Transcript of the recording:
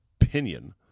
opinion